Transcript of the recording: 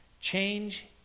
Change